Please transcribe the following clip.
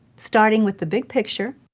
starting with the big picture,